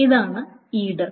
ഇതാണ് ഈട്